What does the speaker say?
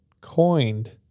coined